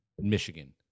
Michigan